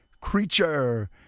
creature